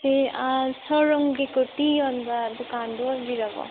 ꯁꯤ ꯁꯣꯔꯨꯝꯒꯤ ꯀꯨꯔꯇꯤ ꯌꯣꯟꯕ ꯗꯨꯀꯥꯟꯗꯨ ꯑꯣꯏꯕꯤꯔꯕꯣ